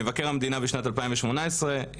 מבקר המדינה בשנת 2018 המליץ,